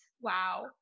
Wow